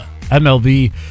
MLB